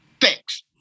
Thanks